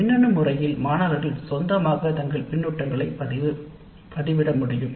மின்னணு முறையில் மாணவர்கள் சொந்தமாக தங்கள் கருத்துக்களை பதிவிட முடியும்